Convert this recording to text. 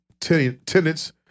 tenants